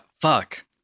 Fuck